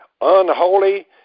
Unholy